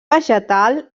vegetal